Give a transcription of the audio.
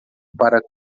para